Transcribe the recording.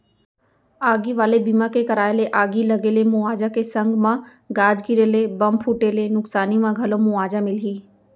आगी वाले बीमा के कराय ले आगी लगे ले मुवाजा के संग म गाज गिरे ले, बम फूटे ले नुकसानी म घलौ मुवाजा मिलही